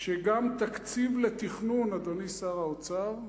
שגם תקציב לתכנון, אדוני שר האוצר,